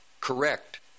correct